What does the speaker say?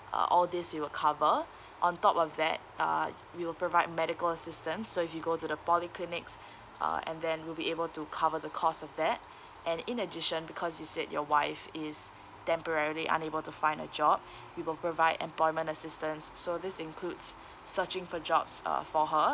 uh all these we will cover on top of that uh we will provide medical assistance so if you go to the polyclinics uh and then we'll be able to cover the cost of that and in addition because you said your wife is temporarily unable to find a job we will provide employment assistance so this includes searching for jobs uh for her